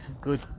good